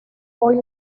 hoy